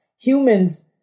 Humans